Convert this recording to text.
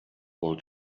old